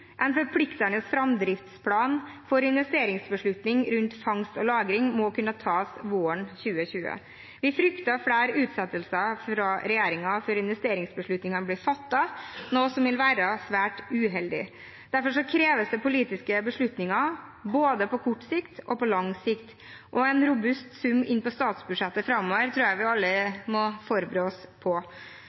En forpliktende framdriftsplan for investeringsbeslutning rundt fangst og lagring må kunne tas våren 2020. Vi frykter flere utsettelser fra regjeringen før investeringsbeslutningene blir fattet, noe som vil være svært uheldig. Derfor kreves det politiske beslutninger både på kort sikt og på lang sikt. En robust sum inn på statsbudsjettet framover tror jeg vi alle må forberede oss på.